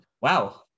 wow